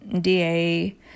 DA